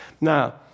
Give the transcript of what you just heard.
Now